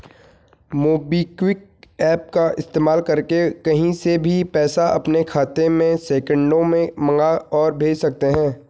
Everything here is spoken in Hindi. मोबिक्विक एप्प का इस्तेमाल करके कहीं से भी पैसा अपने खाते में सेकंडों में मंगा और भेज सकते हैं